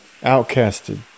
Outcasted